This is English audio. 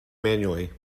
manually